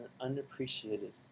unappreciated